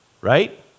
right